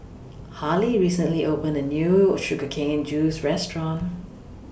Harley recently opened A New Sugar Cane Juice Restaurant